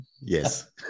Yes